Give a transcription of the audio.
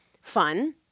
fun